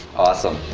awesome.